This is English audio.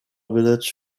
village